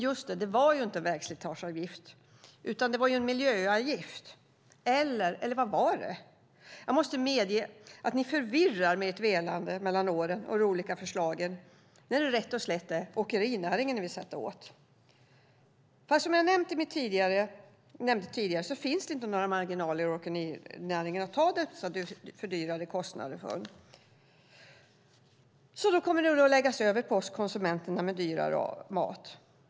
Just det, det var ju inte en vägslitageavgift, utan det var en miljöavgift. Eller vad var det? Jag måste medge att ni förvirrar med ert velande mellan åren och de olika förslagen när det rätt och slätt är åkerinäringen ni vill sätta åt. Fast som jag nämnde tidigare finns det inte några marginaler i åkerinäringen att ta dessa fördyrade kostnader från. Då kommer det att läggas över på oss konsumenter med dyrare mat.